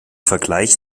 vergleich